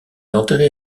enterré